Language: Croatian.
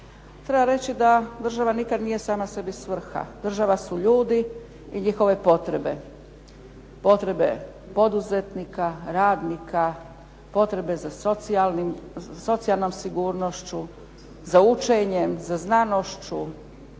Treba reći da država nikada nije sama sebi svrha, država su ljudi i njihove potrebe. Potrebe poduzetnika, radnika, potrebe za socijalnom sigurnošću, potrebe za učenjem, za znanošću,